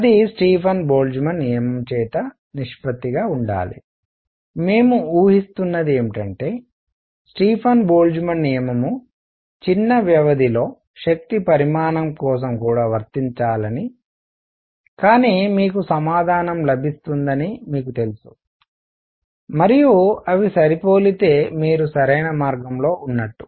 అది Stefan Boltzmann నియమము చేత నిష్పత్తిగా ఉండాలి మేము ఊహిస్తున్నది ఏమిటంటే స్టీఫన్ బోల్ట్జ్మాన్ నియమము చిన్న వ్యవధిలో శక్తి పరిమాణం కోసం కూడా వర్తించాలని సరేనా కానీ మీకు మీ సమాధానం లభిస్తుందని మీకు తెలుసు మరియు అవి సరిపోలితే మీరు సరైన మార్గంలో ఉన్నట్టు